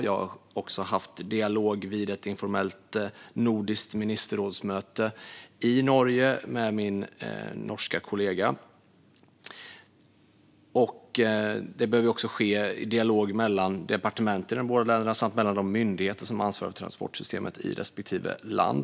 Jag har också haft dialog med min norska kollega vid ett informellt nordiskt ministerrådsmöte i Norge. Det här behöver också ske i dialog mellan departementen i de båda länderna samt mellan de myndigheter som ansvarar för transportsystemet i respektive land.